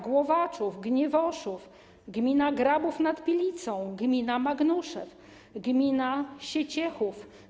Głowaczów, Gniewoszów, gmina Grabów nad Pilicą, gmina Magnuszew, gmina Sieciechów.